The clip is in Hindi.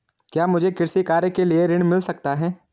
क्या मुझे कृषि कार्य के लिए ऋण मिल सकता है?